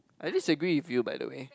I disagree with you by the way